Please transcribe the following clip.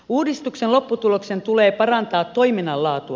uudistuksen lopputuloksen tulee parantaa toiminnan laatua